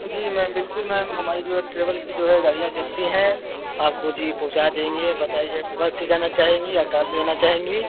जी ma'am बिल्कुल ma'am हमारी जो है ट्रैवल कि जो है गाड़ियाँ चलती है आपको जी पहुँचा देंगे बताइए जस्ट बस से जाना चाहेंगी कि या कार से जाना चाहेंगी